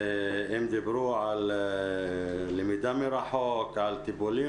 הם דיברו על למידה מרחוק, על טיפולים